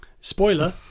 spoiler